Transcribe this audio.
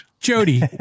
Jody